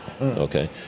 okay